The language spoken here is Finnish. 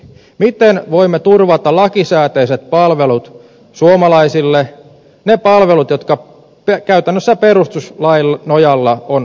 miten voimme turvata lakisääteiset palvelut suomalaisille ne palvelut jotka käytännössä perustuslain nojalla on kaikille taattu